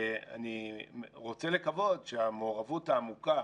אני רוצה לקוות שהמעורבות העמוקה